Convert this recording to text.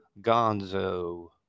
Gonzo